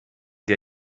der